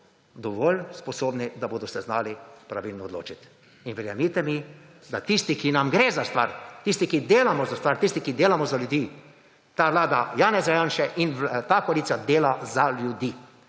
dovolj sposobni, da se bodo znali pravilno odločiti. Verjemite mi, da tisti, ki nam gre za stvar tisti, ki delamo za stvar, tisti, ki delamo za ljudi ta vlada Janeza Janše in ta koalicija dela za ljudi.